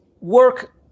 work